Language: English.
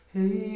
Hey